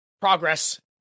progress